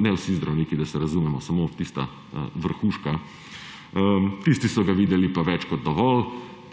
ne vsi zdravniki, da se razumemo, samo tista vrhuška –, tisti so ga videli pa več kot dovolj,